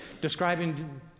describing